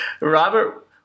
Robert